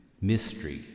mystery